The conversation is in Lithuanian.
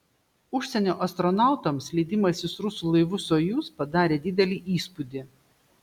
užsienio astronautams leidimasis rusų laivu sojuz padarė didelį įspūdį